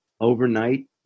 overnight